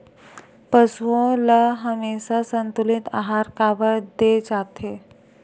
पशुओं ल हमेशा संतुलित आहार काबर दे जाथे?